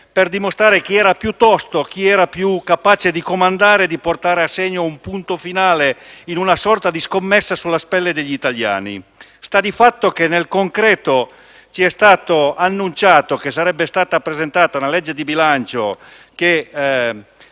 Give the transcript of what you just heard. per dimostrare chi è più tosto, chi è più capace a comandare e a portare a segno un punto finale in una sorta di scommessa sulla pelle degli italiani. Sta di fatto che, nel concreto, ci è stato annunciato che sarebbe stata presentata una legge di bilancio che